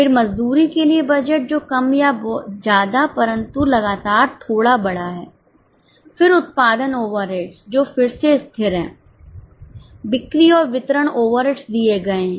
फिर मजदूरी के लिए बजट जो कम या ज्यादा परंतु लगातार थोड़ा बढ़ा है फिर उत्पादन ओवरहेड्स जो फिर सेस्थिर हैं बिक्री और वितरण ओवरहेड्स दिए गए हैं